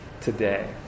today